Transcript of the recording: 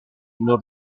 non